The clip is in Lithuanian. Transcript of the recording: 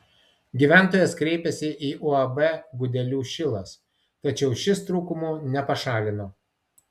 gyventojas kreipėsi į uab gudelių šilas tačiau šis trūkumų nepašalino